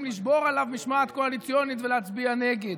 לשבור עליו משמעת קואליציונית ולהצביע נגד,